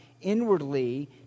inwardly